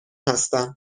هستم